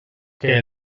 que